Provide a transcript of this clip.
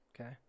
Okay